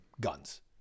guns